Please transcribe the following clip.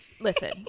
Listen